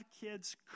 kids